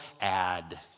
add